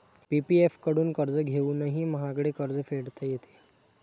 PPF कडून कर्ज घेऊनही महागडे कर्ज फेडता येते